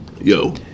yo